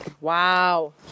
Wow